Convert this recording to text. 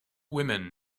women